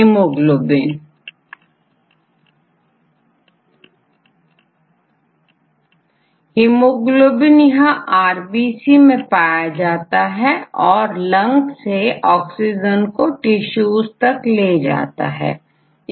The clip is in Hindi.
हीमोग्लोबिन यह आरबीसी में पाया जाता है और लंग से ऑक्सीजन को टिशूज तक ले जाता है